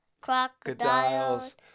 Crocodiles